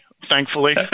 thankfully